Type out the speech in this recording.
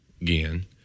again